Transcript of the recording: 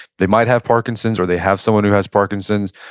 they might have parkinson's, or they have someone who has parkinson's,